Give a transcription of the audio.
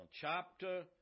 chapter